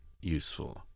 useful